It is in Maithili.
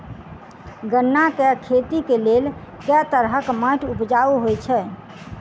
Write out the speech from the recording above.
गन्ना केँ खेती केँ लेल केँ तरहक माटि उपजाउ होइ छै?